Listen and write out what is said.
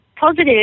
positive